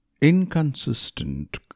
Inconsistent